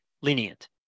lenient